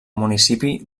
municipi